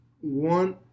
one